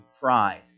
pride